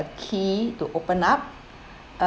a key to open up uh